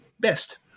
best